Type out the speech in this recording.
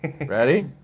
ready